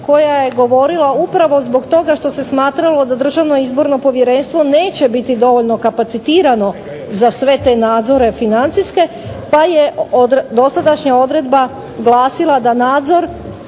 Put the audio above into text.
koja je govorila upravo zbog toga što se smatralo da Državno izborno povjerenstvo neće biti dovoljno kapacitirano za sve te nadzore financijske. Pa je dosadašnja odredba glasila da Državno